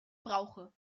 brauche